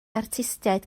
artistiaid